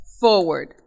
forward